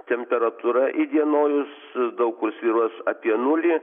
temperatūra įdienojus daug kur svyruos apie nulį